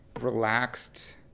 relaxed